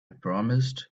promised